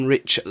Rich